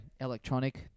electronic